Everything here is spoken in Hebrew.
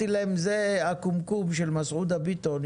זה הקומקום של מסעודה ביטון.